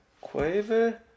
quaver